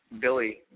Billy